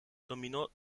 dominó